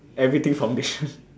everything from this one